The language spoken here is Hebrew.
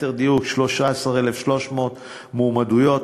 ליתר דיוק 13,300 מועמדויות.